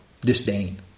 disdain